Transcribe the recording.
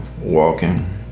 walking